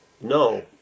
no